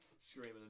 Screaming